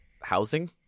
housing